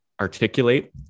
articulate